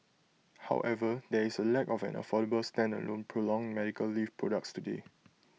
however there is A lack of an affordable stand alone prolonged medical leave products today